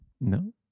No